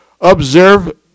observe